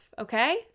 okay